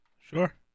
Sure